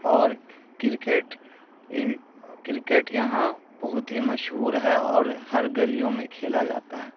اور cricket cricket یہاں بہت ہی مشہور ہے اور ہر گلیوں میں کھیلا جاتا ہے